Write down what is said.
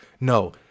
no